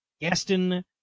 Gaston